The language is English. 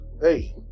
Hey